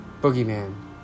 boogeyman